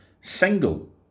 single